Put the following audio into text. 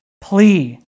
plea